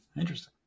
Interesting